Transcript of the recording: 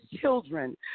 children